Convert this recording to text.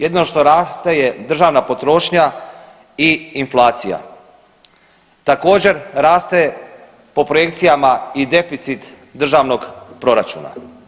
Jedino što raste je državna potrošnja i inflacija, također raste po projekcijama i deficit državnog proračuna.